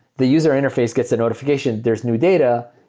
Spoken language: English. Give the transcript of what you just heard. the user interface gets the notification. there's new data.